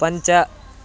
पञ्च